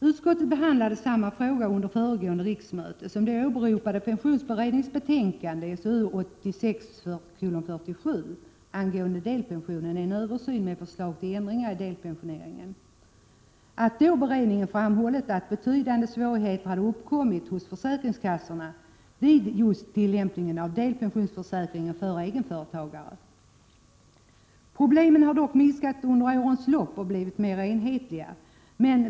Utskottet behandlade samma fråga under föregående riksmöte. Då åberopades pensionsberedningens betänkande SOU 1986:47 Deltidspension — Översyn med förslag till ändringar i delpensioneringen. Beredningen framhöll att betydande svårigheter hade uppkommit hos försäkringskassorna vid tillämpningen av delpensionsförsäkringen för egenföretagare. Problemen har dock minskat under årens lopp och blivit mer enhetliga.